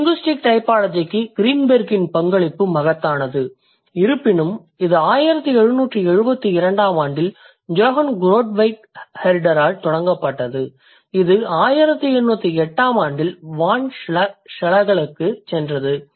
linguistic டைபாலஜிக்கு க்ரீன்பெர்க்கின் பங்களிப்பு மகத்தானது இருப்பினும் இது 1772 ஆம் ஆண்டில் ஜொஹான் கோட்ஃபிரைட் ஹெர்டரால் தொடங்கப்பட்டது இது 1808 ஆம் ஆண்டில் வான் ஷ்லெகலுக்குச் சென்றது